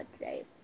right